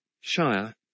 shire